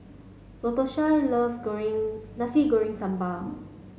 Latosha love Goreng Nasi Goreng Sambal